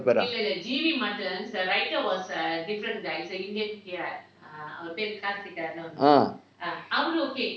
ah